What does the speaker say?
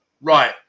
Right